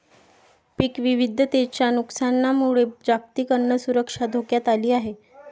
पीक विविधतेच्या नुकसानामुळे जागतिक अन्न सुरक्षा धोक्यात आली आहे